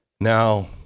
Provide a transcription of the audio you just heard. Now